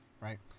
right